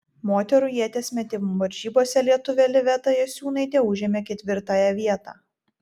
moterų ieties metimo varžybose lietuvė liveta jasiūnaitė užėmė ketvirtąją vietą